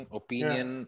opinion